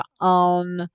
on